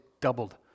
doubled